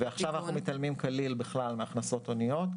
עכשיו אנחנו מתעלמים כליל מהכנסות הוניות.